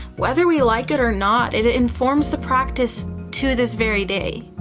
whether we like it or not, it it informs the practice to this very day.